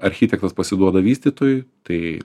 architektas pasiduoda vystytojui tai